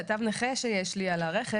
ואת התו נכה שיש לי על הרכב,